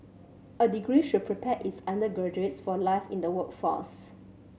a degree should prepare its undergraduates for life in the workforce